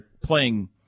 playing